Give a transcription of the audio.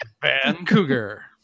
Vancouver